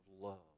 love